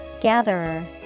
Gatherer